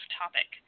topic